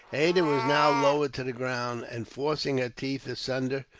ada was now lowered to the ground and, forcing her teeth asunder,